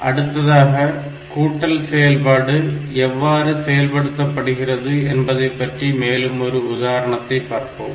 அடுத்ததாக கூட்டல் செயல்பாடு எவ்வாறு செயல்படுத்தப்படுகிறது என்பதைப்பற்றி மேலும் ஒரு உதாரணத்தை பார்ப்போம்